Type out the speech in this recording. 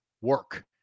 work